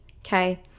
okay